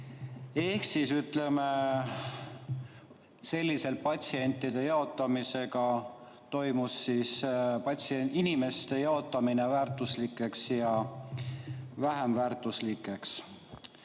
Ehk siis ütleme, sellise patsientide jaotamisega toimuks inimeste jaotamine väärtuslikeks ja vähem väärtuslikeks.